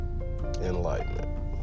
Enlightenment